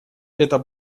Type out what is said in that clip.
это